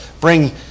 bring